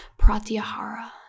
Pratyahara